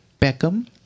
Beckham